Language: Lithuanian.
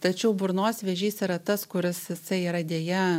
tačiau burnos vėžys yra tas kuris jisai yra deja